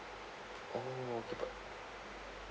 oh okay but